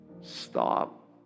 stop